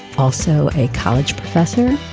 also a college professor